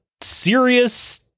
serious